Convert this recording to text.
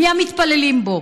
מי המתפללים בו?